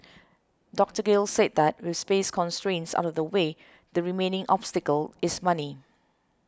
Doctor Gill said that with space constraints out of the way the remaining obstacle is money